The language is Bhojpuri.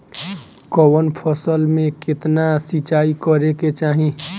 कवन फसल में केतना सिंचाई करेके चाही?